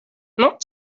not